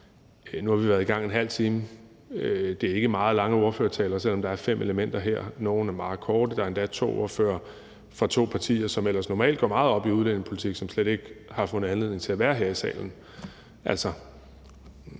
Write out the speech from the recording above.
nu har vi været i gang i en halv time, så det har ikke været meget lange ordførertaler, selv om der er fem elementer her. Nogle har været meget korte, og der er to ordførere fra to partier, som ellers normalt går meget op i udlændingepolitik, som slet ikke har fundet anledning til at være her i salen. Altså,